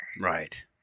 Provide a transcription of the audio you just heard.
Right